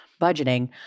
budgeting